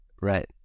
Right